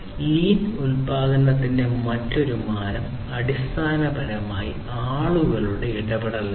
lean ഉൽപാദനത്തിന്റെ മറ്റൊരു മാനം അടിസ്ഥാനപരമായി ആളുകളുടെ ഇടപെടലാണ്